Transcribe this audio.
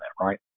right